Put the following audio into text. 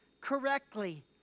correctly